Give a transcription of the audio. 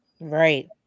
Right